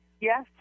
Yes